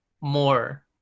more